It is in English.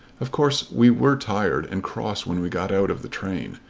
of course we were tired and cross when we got out of the train.